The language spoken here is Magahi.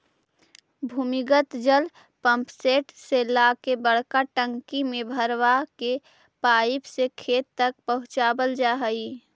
भूमिगत जल पम्पसेट से ला के बड़का टंकी में भरवा के पाइप से खेत तक पहुचवल जा हई